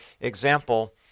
example